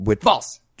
False